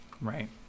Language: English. right